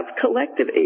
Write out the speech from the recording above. collective